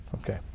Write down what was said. Okay